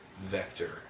vector